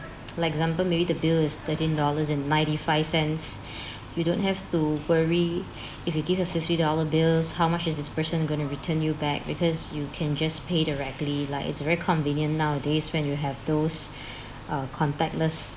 like example maybe the bill is thirteen dollars and ninety five cents you don't have to worry if you give a fifty dollar bills how much is this person going to return you back because you can just pay directly like it's very convenient nowadays when you have those uh contactless